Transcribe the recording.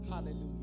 hallelujah